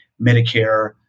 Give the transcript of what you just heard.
Medicare